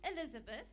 Elizabeth